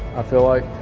i feel like,